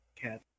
cat